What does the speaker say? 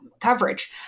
coverage